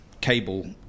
cable